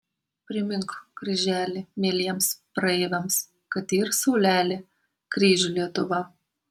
primink kryželi mieliems praeiviams kad yr saulelė kryžių lietuva